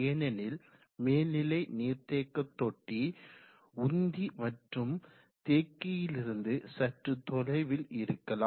ஏனெனில் மேல்நிலை நீர் தேக்கதொட்டி உந்தி மற்றும் தேக்கியிலிருந்து சற்று தொலைவில் இருக்கலாம்